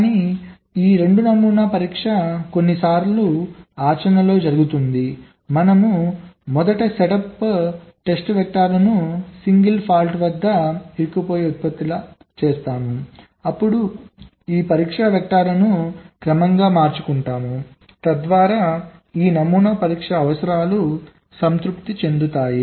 కానీ ఈ 2 నమూనా పరీక్ష కొన్నిసార్లు ఆచరణలో జరుగుతుంది మనము మొదట సెటప్ టెస్ట్ వెక్టర్లను సింగిల్ ఫాల్ట్స్ వద్ద ఇరుక్కుపోయేలా ఉత్పత్తి చేస్తాము అప్పుడు ఈ పరీక్ష వెక్టర్లను క్రమాన్ని మార్చుకుంటాము తద్వారా ఈ 2 నమూనా పరీక్ష అవసరాలు సంతృప్తి చెందుతాయి